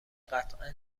قطعا